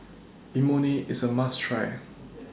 Imoni IS A must Try